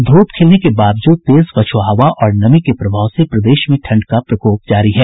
धूप खिलने के बावजूद तेज पछुआ हवा और नमी के प्रभाव से प्रदेश में ठंड का प्रकोप जारी है